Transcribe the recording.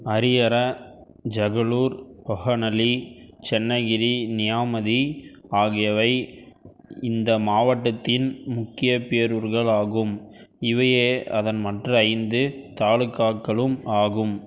ஹரிஹர ஜகளூர் ஹொஹன்னலி சென்னகிரி நியாமதி ஆகியவை இந்த மாவட்டத்தின் முக்கிய பேரூர்கள் ஆகும் இவையே அதன் மற்ற ஐந்து தாலுகாக்களும் ஆகும்